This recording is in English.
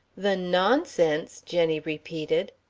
the nonsense? jenny repeated.